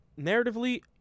narratively